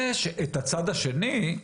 יש את הצד השני,